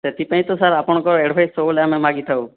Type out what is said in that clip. ସେଥିପାଇଁ ତ ସାର୍ ଆପଣଙ୍କ ଆଡ଼ଭାଇସ୍ ସବୁବେଳେ ଆମେ ମାଗିଥାଉ